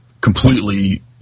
completely